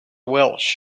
welch